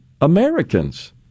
Americans